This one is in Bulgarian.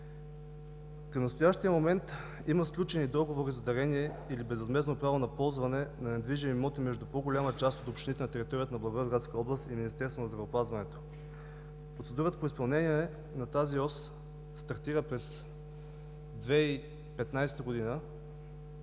Към настоящия момент има сключени договори за дарения или безвъзмездно право на ползване на недвижими имоти между по-голяма част от общините на територията на Благоевградска област и Министерство на здравеопазването. Процедурата по изпълнение на тази ос стартира през 2015 г., но